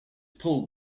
pulled